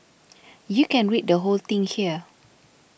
you can read the whole thing here